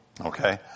Okay